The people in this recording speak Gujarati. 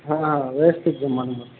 હા વ્યવસ્થિત જમવાનું મળશે